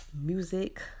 music